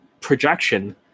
projection